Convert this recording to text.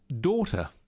Daughter